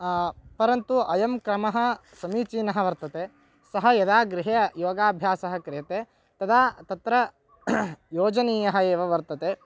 परन्तु अयं क्रमः समीचीनः वर्तते सः यदा गृहे योगाभ्यासः क्रियते तदा तत्र योजनीयः एव वर्तते